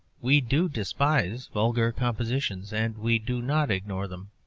we do despise vulgar compositions, and we do not ignore them.